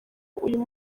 uyu